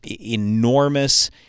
enormous